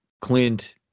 Clint